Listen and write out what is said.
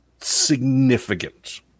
significant